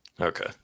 Okay